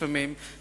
לפעמים,